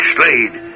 Slade